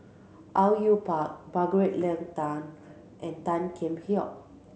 Au Yue Pak Margaret Leng Tan and Tan Kheam Hock